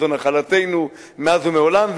זו נחלתנו מאז ומעולם,